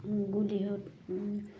গুলি